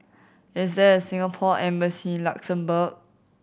is there a Singapore Embassy in Luxembourg